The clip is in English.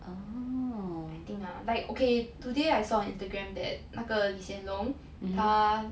I think lah like okay today I saw on Instagram that 那个 lee hsien loong 他